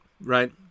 Right